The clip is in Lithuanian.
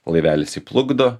laivelis jį plukdo